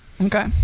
Okay